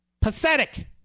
Pathetic